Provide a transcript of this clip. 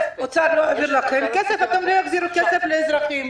כשהאוצר לא מעביר לכם כסף אתם לא מחזירים כסף לאזרחים.